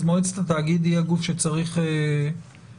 מועצת התאגיד היא הגוף שצריך לאשר